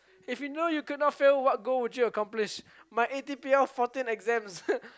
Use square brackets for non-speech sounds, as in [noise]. if you know you could not fail what goal would you accomplish my A_T_P_L fourteen exams [laughs]